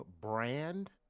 brand